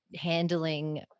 handling